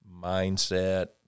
mindset